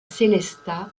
sélestat